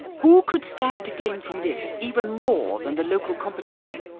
who could stand to gain from this even more than the local competition?